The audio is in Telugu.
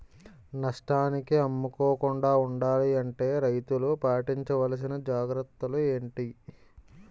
నష్టానికి అమ్ముకోకుండా ఉండాలి అంటే రైతులు పాటించవలిసిన జాగ్రత్తలు ఏంటి